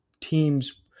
Teams